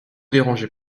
dérangez